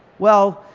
well,